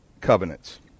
covenants